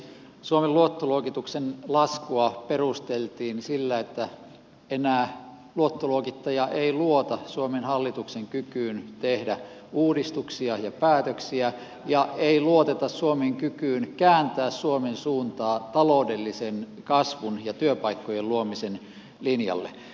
suomen luottoluokituksen laskua perusteltiin sillä että enää luottoluokittaja ei luota suomen hallituksen kykyyn tehdä uudistuksia ja päätöksiä ja ei luoteta suomen kykyyn kääntää suomen suuntaa taloudellisen kasvun ja työpaikkojen luomisen linjalle